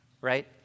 right